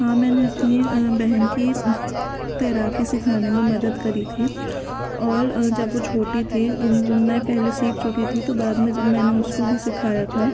हाँ मैंने अपनी बहन की तैराकी सिखाने में मदद करी थी और जब वो छोटी थी मैं पहले सीख चुकी थी तो बाद में जब मैंने उसको भी सिखाया था